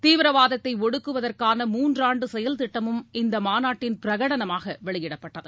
தீவிரவாதத்தை ஒடுக்குவதற்கான மூன்றாண்டு செயல்திட்டமும் இந்த மாநாட்டின் பிரகடனமாக வெளியிடப்பட்டகு